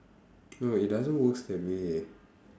no wait it doesn't works that way